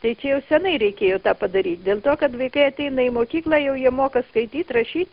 tai čia jau senai reikėjo tą padary dėl to kad vaikai ateina į mokyklą jau jie moka skaityt rašyt